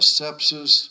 sepsis